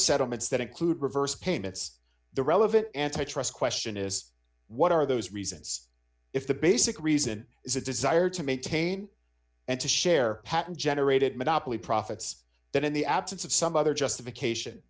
settlements that include reversed payments the relevant antitrust question is what are those reasons if the basic reason is a desire to maintain and to share patent generated monopoly profits that in the absence of some other justification